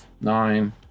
nine